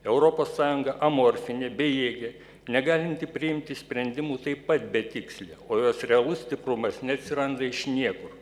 europos sąjunga amorfinė bejėgė negalinti priimti sprendimų taip pat betikslė o jos realus stiprumas neatsiranda iš niekur